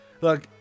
look